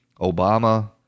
Obama